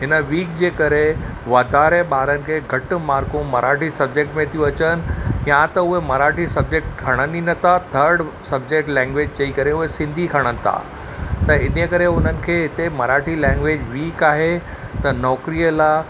हिन वीक जे करे वाधारे ॿार खे घटि मार्कूं मराठी सबजेक्ट में थियूं अचनि या त उहे मराठी सबजेक्ट खणनि ई नथा थर्ड सबजेक्ट लैंग्वेज चयईं करे उहे सिंधी खणनि था त इन करे हुननि खे हिते मराठी लैंग्वेज वीक आहे त नौकिरीअ लाइ